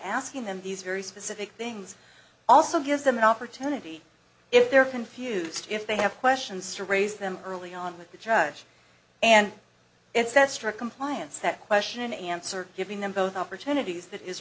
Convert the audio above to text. asking them these very specific things also gives them an opportunity if they're confused if they have questions to raise them early on with the judge and it's that struck compliance that question and answer giving them both opportunities that is